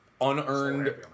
unearned